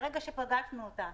וברגע שפגשנו אותה